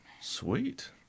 sweet